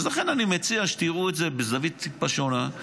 לכן אני מציע שתראו את זה מזווית טיפה שונה.